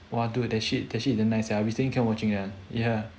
!wah! dude that shit that shit is damn nice sia recently keep watching ah ya